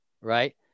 right